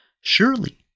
Surely